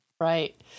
Right